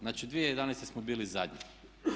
Znači 2011. smo bili zadnji.